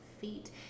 feet